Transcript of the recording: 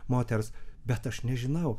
moters bet aš nežinau